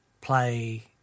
play